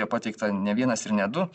pateikta ne vienas ir ne du